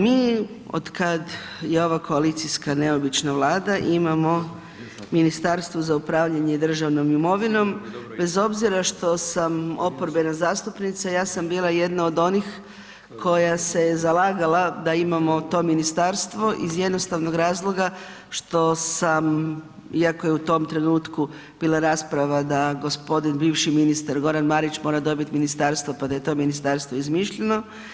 Mi otkad je ova koalicijska neobična Vlada imamo Ministarstvo za upravljanje državnom imovinom bez obzira što sam oporbena zastupnica ja sam bila i jedna od onih koja se je zalagala da imamo to ministarstvo iz jednostavnog razloga što sam iako je u tom trenutku bila rasprava da gospodin bivši ministar Goran Marić mora dobiti ministarstvo pa da je to ministarstvo izmišljeno.